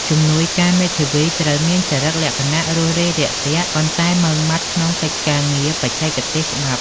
ជំនួយការមេធាវីត្រូវមានចរិតលក្ខណៈរួសរាយរាក់ទាក់ ប៉ុន្តែម៉ឺងម៉ាត់ក្នុងកិច្ចការងារបច្ចេកទេសច្បាប់។